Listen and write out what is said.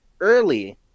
early